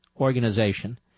organization